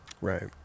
right